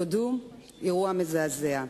תודו, אירוע מזעזע,